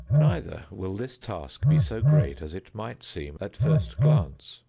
neither will this task be so great as it might seem at first glance.